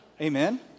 Amen